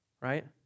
right